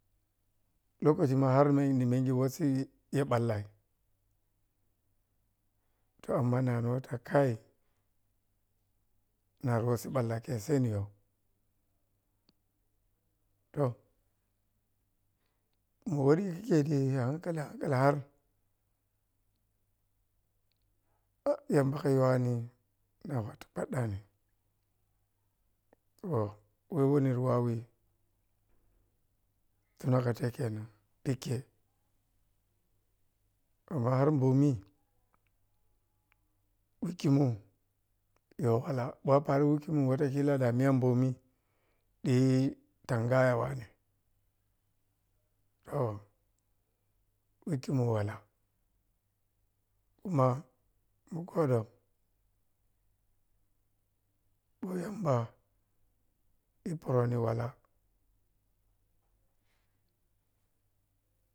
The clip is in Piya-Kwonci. Lokaci ma har niya mengehyi wasgi ya ɓalla to amma nanoh ta khai nari wassi ballah khe sai niyo to mori khi khe a hankali hankali har yamba kha yoh wani nama koɗɗani to wewo niri wawah sunakha tel kenan khi khei amma har bomi wikhemu yoh walah weh paro wikhimu watakila niya bomi ɗi tangaya wane toh wikhimu walah kuma mu godo ɓo yamba e pərəni walah.